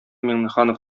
миңнеханов